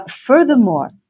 Furthermore